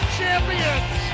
champions